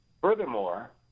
Furthermore